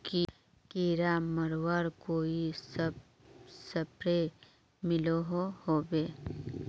कीड़ा मरवार कोई स्प्रे मिलोहो होबे?